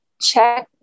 check